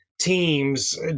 teams